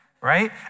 Right